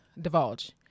divulge